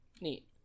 Neat